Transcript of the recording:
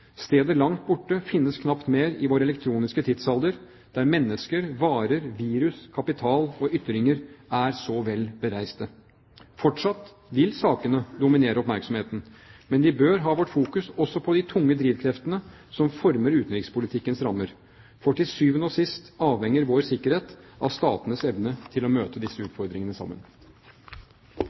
Stedet «langt borte» finnes knapt mer i vår elektroniske tidsalder, der mennesker, varer, virus, kapital og ytringer er så vel bereiste. Fortsatt vil sakene dominere oppmerksomheten. Men vi bør ha vårt fokus også på de tunge drivkreftene som former utenrikspolitikkens rammer, for til syvende og sist avhenger vår sikkerhet av statenes evne til å møte disse utfordringene sammen.